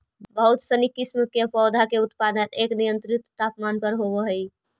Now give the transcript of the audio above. बहुत सनी किस्म के पौधा के उत्पादन एक नियंत्रित तापमान पर होवऽ हइ